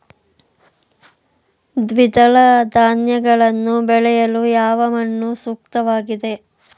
ದ್ವಿದಳ ಧಾನ್ಯಗಳನ್ನು ಬೆಳೆಯಲು ಯಾವ ಮಣ್ಣು ಸೂಕ್ತವಾಗಿದೆ?